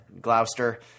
Gloucester